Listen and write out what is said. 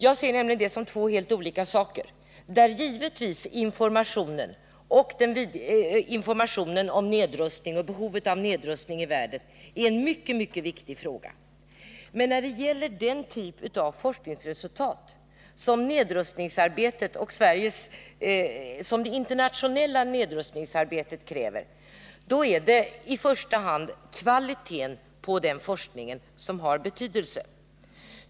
Jag ser nämligen det som två helt olika saker. Där är givetvis informationen om nedrustning och behovet av nedrustning i världen en mycket viktig fråga. Men när det gäller den typen av forskningsresurser som det internationella nedrustningsarbetet kräver är det i första hand kvaliteten på forskningen som har betydelse.